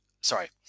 sorry